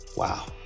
Wow